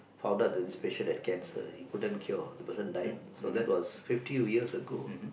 found out that this patient had cancer he couldn't cure that person died so that was fifty over years ago